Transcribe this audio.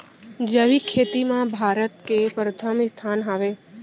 जैविक खेती मा भारत के परथम स्थान हवे